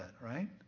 right